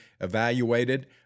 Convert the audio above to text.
evaluated